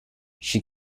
she